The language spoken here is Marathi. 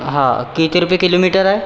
हां किती रुपये किलोमीटर आहे